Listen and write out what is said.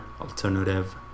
alternative